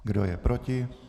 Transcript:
Kdo je proti?